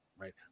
Right